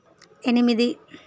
ఎనిమిది